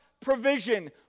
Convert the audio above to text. provision